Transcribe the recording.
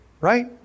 right